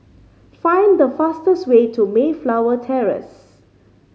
find the fastest way to Mayflower Terrace